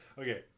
Okay